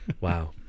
Wow